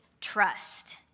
trust